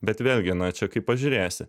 bet vėlgi na čia kaip pažiūrėsi